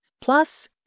plus